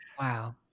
Wow